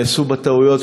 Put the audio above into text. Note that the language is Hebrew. נעשו בה טעויות,